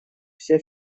все